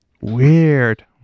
Weird